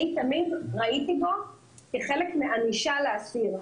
אני תמיד ראיתי בו כחלק מהענישה לאסיר.